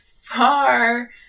far